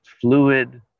fluid